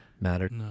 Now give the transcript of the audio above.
Mattered